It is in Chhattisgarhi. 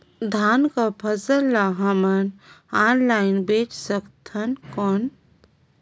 धान कर फसल ल हमन ऑनलाइन बेच सकथन कौन?